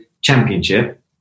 championship